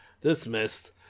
Dismissed